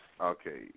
Okay